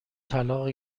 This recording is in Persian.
طلاق